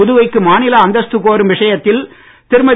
புதுவைக்கு மாநில அந்தஸது கோரும் விஷயத்தில் திருமதி